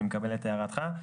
אני מקבל את הערתך,